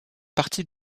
partie